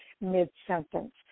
mid-sentence